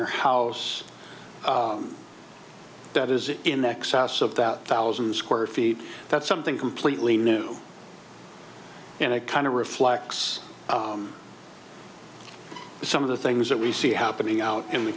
your house that is in the excess of that thousand square feet that's something completely new and a kind of reflects some of the things that we see happening out in the